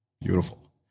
Beautiful